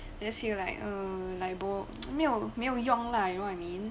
just feel like err like bo 没有没有用 lah you know what I mean